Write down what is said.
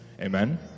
amen